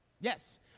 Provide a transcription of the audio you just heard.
Yes